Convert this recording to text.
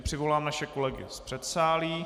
Přivolám naše kolegy z předsálí.